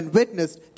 witnessed